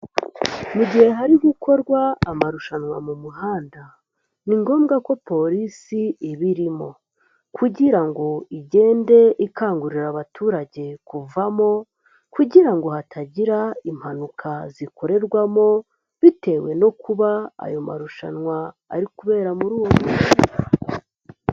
Mu gihe hari gukorwa amarushanwa mu muhanda ni ngombwa ko Polisi iba irimo kugira ngo igende ikangurira abaturage kuvamo kugira ngo hatagira impanuka zikorerwamo bitewe no kuba ayo marushanwa ari kubera muri uwo muhanda.